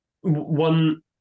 one